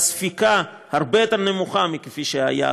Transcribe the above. בספיקה הרבה יותר נמוכה מכפי שהיה,